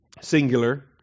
singular